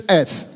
earth